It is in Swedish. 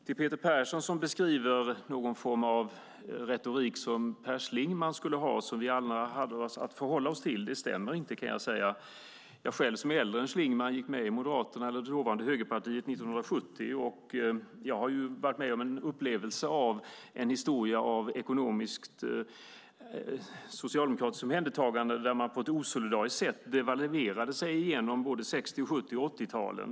Till Peter Persson, som beskriver någon form av retorik som Per Schlingmann skulle ha och som vi andra hade att förhålla oss till: Jag kan säga att det inte stämmer. Jag själv, som är äldre än Schlingmann, gick med i Moderaterna - eller dåvarande Högerpartiet - år 1970, och jag har varit med om en upplevelse av en historia av ekonomiskt socialdemokratiskt omhändertagande där man på ett osolidariskt sätt devalverade sig igenom både 60-, 70 och 80-talen.